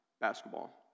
basketball